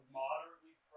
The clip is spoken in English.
moderately